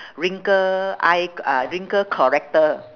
wrinkle eye uh wrinkle corrector